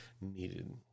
needed